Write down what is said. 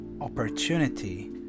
opportunity